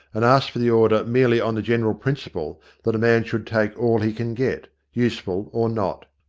and asked for the order merely on the general principle that a man should take all he can get, useful or not.